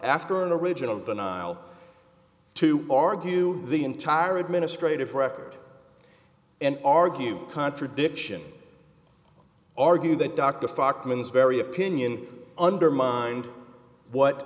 after an original denial to argue the entire administrative record and argue contradiction argue that dr stockmann is very opinion undermined what